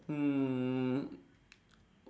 um